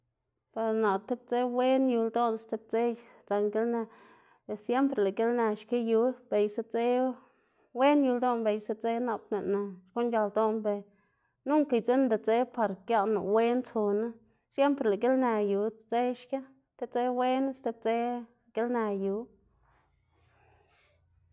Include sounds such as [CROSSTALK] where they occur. Ber naꞌ tib dze wen yu ldoꞌná stib dze dzakná gilnë y siempre lëꞌ gilnë xki yu, beysa dze wen yu ldoꞌná beysa dze nap lëꞌná xkuꞌn c̲h̲ak ldoꞌná ber nunca idzinnda dze par [NOISE] giaꞌnná wen tsuná siempre lëꞌ gilnë yu dze xki, ti dze wenu sti dze gilnë yu. [NOISE]